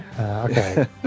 okay